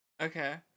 Okay